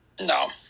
No